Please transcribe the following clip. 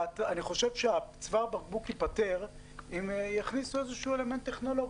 אני חושב שצוואר הבקבוק ישתחרר אם יכניסו איזה אלמנט טכנולוגי.